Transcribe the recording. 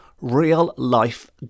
real-life